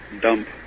dump